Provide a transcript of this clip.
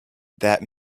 that